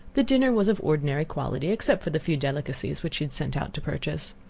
the dinner was of ordinary quality, except for the few delicacies which she had sent out to purchase.